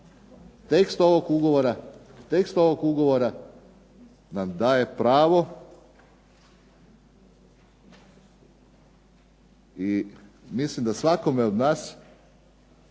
Tekst ovog ugovora nam daje pravo i mislim da svakome od nas